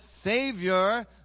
Savior